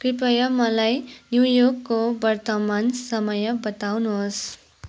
कृपया मलाई न्युयोर्कको वर्तमान समय बताउनुहोस्